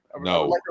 No